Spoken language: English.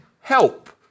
help